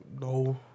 No